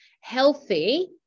healthy